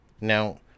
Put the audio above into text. now